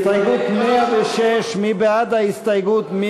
הסתייגות 106, מי בעד ההסתייגות?